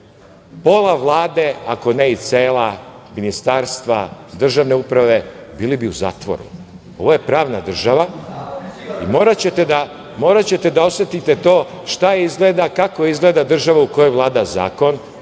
pola Vlade, ako ne i cela ministarstva, državna uprava, bili bi u zatvoru. Ovo je pravna država i moraćete da osetite to šta izgleda, kako izgleda država u kojoj vlada zakon.